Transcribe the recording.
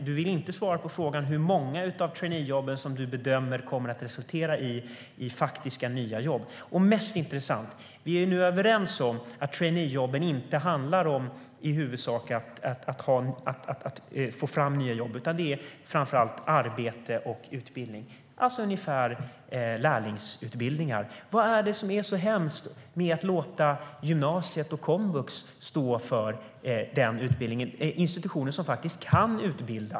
Hon vill inte svara på frågan hur många av traineejobben hon bedömer kommer att resultera i faktiska nya jobb. Mest intressant är att vi nu är överens om att traineejobben inte i huvudsak handlar om att få fram nya jobb utan det är framför allt fråga om arbete och utbildning, alltså ungefär lärlingsutbildningar. Vad är det som är så hemskt med att låta gymnasiet och komvux stå för den utbildningen, institutioner som faktiskt kan utbilda?